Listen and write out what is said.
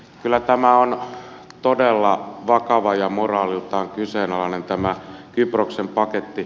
kyllä tämä on todella vakava ja moraaliltaan kyseenalainen tämä kyproksen paketti